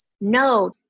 No